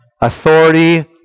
authority